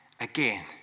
again